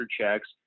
checks